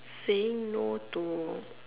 saying no to